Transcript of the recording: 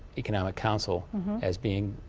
economic council as being,